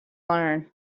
learn